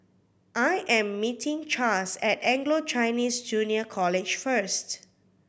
I am meeting Chas at Anglo Chinese Junior College first